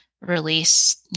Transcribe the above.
release